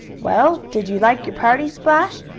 well, did you like your party, splash?